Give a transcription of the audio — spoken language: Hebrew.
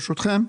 ברשותכם,